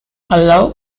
allow